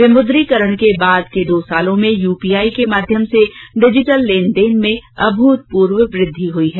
विमुद्रीकरण के बाद के दो वर्षो में यू पी आई के माध्यम से डिजिटल लेन देन में अभूतपूर्व वृद्धि हुई है